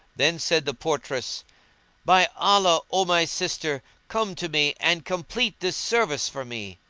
then said the portress by allah, o my sister, come to me and complete this service for me.